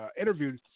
interviewed